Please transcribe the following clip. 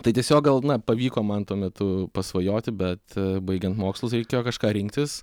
tai tiesiog gal na pavyko man tuo metu pasvajoti bet baigiant mokslus reikėjo kažką rinktis